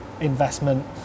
investment